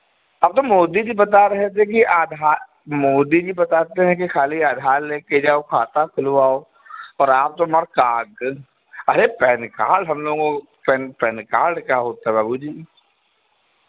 अब तो मोदी जी बता रहे थे कि आधार मोदी जी बताते हैं कि खाली आधार ले के जाओ खाता खुलवाओ और आप तो मार काग़ज अरे पैन कार्ड हम लोगों पैन पैन कार्ड क्या होता है बाबूजी